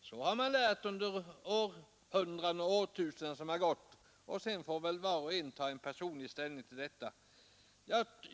så har man lärt under århundraden och årtusenden som gått; sedan får var och en ta personlig ställning till det.